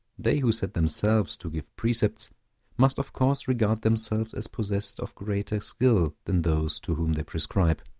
they who set themselves to give precepts must of course regard themselves as possessed of greater skill than those to whom they prescribe